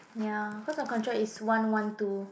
ya because I control is one one two